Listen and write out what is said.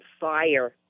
fire